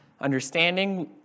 understanding